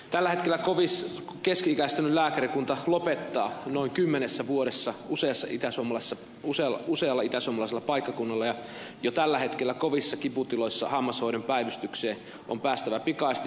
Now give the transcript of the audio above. tällä hetkellä keski ikäistynyt lääkärikunta lopettaa noin kymmenessä vuodessa usealla itäsuomalaisella paikkakunnalla ja jo tällä hetkellä kovissa kiputiloissa hammashoidon päivystykseen on päästävä pikaisesti